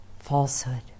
falsehood